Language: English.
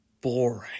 Boring